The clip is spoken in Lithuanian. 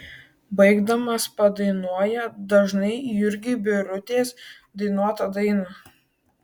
baigdamas padainuoja dažnai jurgiui birutės dainuotą dainą